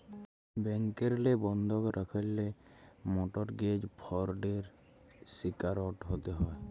ব্যাংকেরলে বন্ধক রাখল্যে মরটগেজ ফরডের শিকারট হ্যতে হ্যয়